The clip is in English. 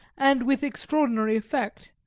and with extraordinary effect,